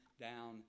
down